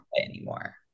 anymore